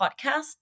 podcast